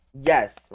Yes